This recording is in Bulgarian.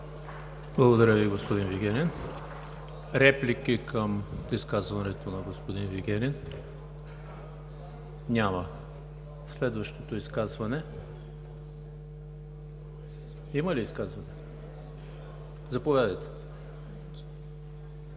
Благодаря Ви, господин Вигенин. Реплики към изказването на господин Вигенин? Няма. Следващото изказване – заповядайте.